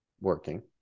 Working